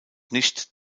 nicht